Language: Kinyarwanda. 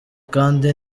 kandi